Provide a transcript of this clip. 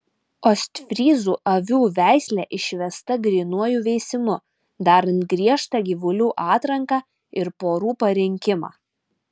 ostfryzų avių veislė išvesta grynuoju veisimu darant griežtą gyvulių atranką ir porų parinkimą